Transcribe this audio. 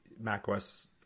macOS